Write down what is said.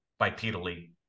bipedally